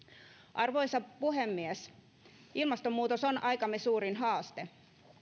arvoisa puhemies ilmastonmuutos on aikamme suurin haaste